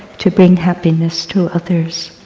to bring happiness to others.